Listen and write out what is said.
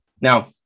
now